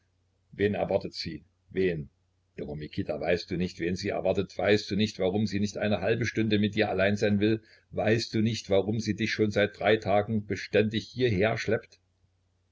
wen erwartet sie wen dummer mikita weißt du nicht wen sie erwartet weißt du nicht warum sie nicht eine halbe stunde mit dir allein sein will weißt du nicht warum sie dich schon seit drei tagen beständig